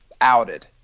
outed